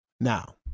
Now